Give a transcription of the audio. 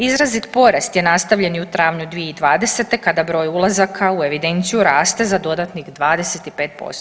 Izrazit porast je nastavljen i u travnju 2020. kad broj ulazaka u evidenciju raste za dodatnih 25%